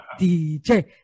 DJ